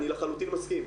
אני לחלוטין מסכים,